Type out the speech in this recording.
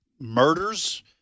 murders